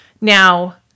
Now